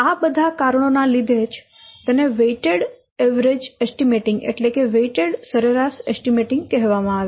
આ બધા કારણો ના લીધે જ તેને વેઈટેડ સરેરાશ એસ્ટીમેંટિંગ કહેવામાં આવે છે